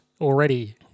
already